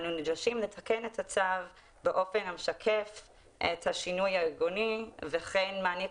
אנו נדרשים לתקן את הצו באופן המשקף את השינוי הארגוני וכן מעניק